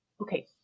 Okay